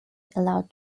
allowed